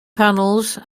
panels